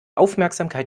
aufmerksamkeit